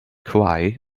cry